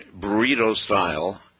burrito-style